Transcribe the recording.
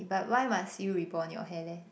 but why must you rebond your hair leh